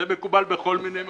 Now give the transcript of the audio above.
זה מקובל בכל מיני מקומות.